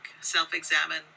self-examine